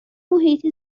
محیط